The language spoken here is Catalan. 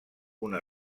una